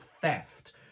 theft